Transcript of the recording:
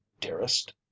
dearest